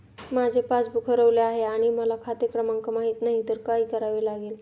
माझे पासबूक हरवले आहे आणि मला खाते क्रमांक माहित नाही तर काय करावे लागेल?